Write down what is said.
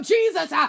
Jesus